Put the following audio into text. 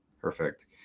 Perfect